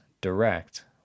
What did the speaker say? Direct